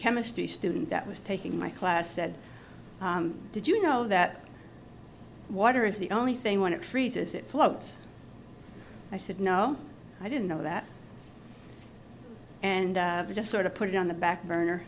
chemistry student that was taking my class said did you know that water is the only thing when it freezes it flows i said no i didn't know that and just sort of put it on the back burner